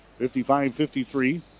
55-53